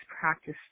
practice